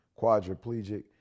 quadriplegic